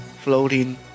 floating